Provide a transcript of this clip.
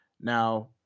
now